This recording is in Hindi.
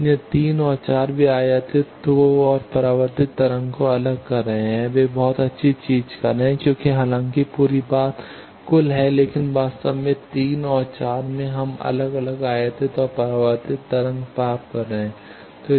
इसलिए 3 और 4 वे आयातित को और परावर्तित तरंग को अलग कर रहे हैं वे बहुत अच्छी चीज कर रहे हैं क्योंकि हालांकि पूरी बात कुल है लेकिन वास्तव में 3 और 4 में हम अलग अलग आयातित और परावर्तित तरंग प्राप्त कर रहे हैं